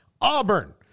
Auburn